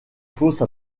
fausse